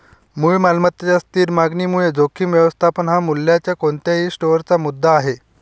मूळ मालमत्तेच्या स्थिर मागणीमुळे जोखीम व्यवस्थापन हा मूल्याच्या कोणत्याही स्टोअरचा मुद्दा आहे